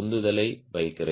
உந்துதலை வைக்கிறேன்